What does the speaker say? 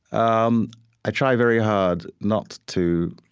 um i try very hard not to,